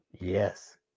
Yes